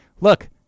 look